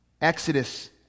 Exodus